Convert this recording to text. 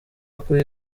akuye